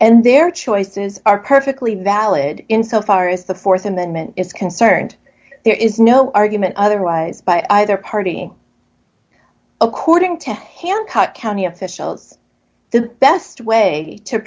and their choices are perfectly valid in so far as the th amendment is concerned there is no argument otherwise by either party according to hancock county officials the best way to